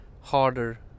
harder